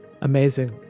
Amazing